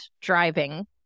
driving